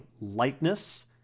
lightness